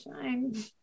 shine